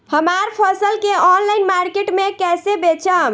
हमार फसल के ऑनलाइन मार्केट मे कैसे बेचम?